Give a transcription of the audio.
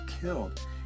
killed